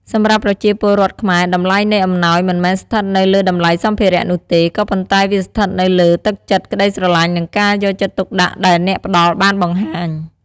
សម្រាប់ប្រជាពលរដ្ឋខ្មែរ តម្លៃនៃអំណោយមិនមែនស្ថិតនៅលើតម្លៃសម្ភារៈនោះទេ ក៏ប៉ុន្តែវាស្ថិតនៅលើ ទឹកចិត្ត ក្តីស្រឡាញ់ និងការយកចិត្តទុកដាក់ ដែលអ្នកផ្តល់បានបង្ហាញ។។